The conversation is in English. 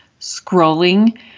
scrolling